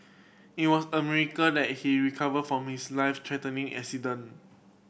it was a miracle that he recovered from his life threatening accident